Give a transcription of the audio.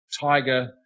tiger